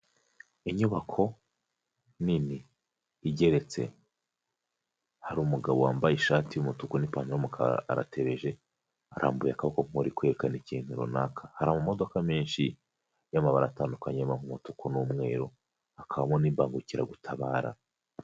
Inyubako nini igeretse hari umugabo wambaye ishati y'umutuku n'ipantaro y'umukara aratebeje, arambuye akaboko nk'uri kwerekana ikintu runaka, hari amamodoka menshi y'amabara atandukanye yaba nk'umutuku n'umweru hakabamo n'imbangukiragutabara.